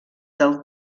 del